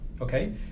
Okay